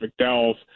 McDowell's